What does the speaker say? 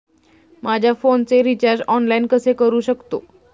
माझ्या फोनचे recharge online कसे करू शकतो?